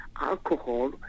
alcohol